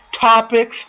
topics